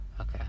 Okay